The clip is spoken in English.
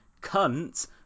cunt